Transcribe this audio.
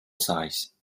size